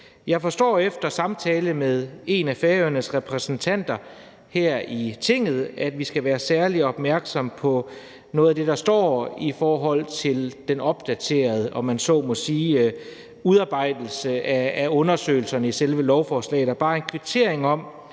Jeg forstår efter en samtale med en af Færøernes repræsentanter her i Tinget, at vi skal være særlig opmærksom på noget af det, der står om den opdaterede, om man så må sige, udarbejdelse af undersøgelserne i selve lovforslaget.